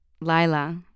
Lila